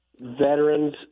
veterans